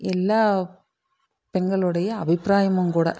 எல்லா பெண்களுடைய அபிப்பிராயமும் கூட